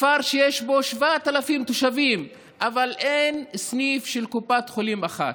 כפר שיש בו 7,000 תושבים אבל אין סניף של קופת חולים אחת.